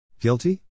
Guilty